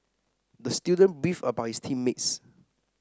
the student beefed about his team mates